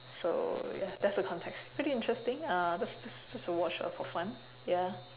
so ya that's the context pretty interesting uh just just to watch her for fun ya